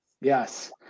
Yes